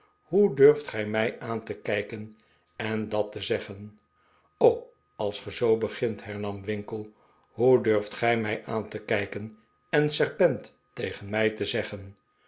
hoe durft gij mij aan te kijken en dat te zeggen als ge zoo begint hernam winkle hoe durft gij mij aan te kijken en serp'ent tegen mij te zeggen